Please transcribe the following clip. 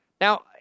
Now